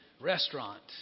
restaurant